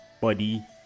body